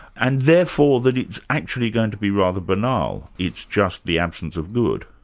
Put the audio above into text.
and therefore that it's actually going to be rather banal, it's just the absence of good.